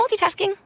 multitasking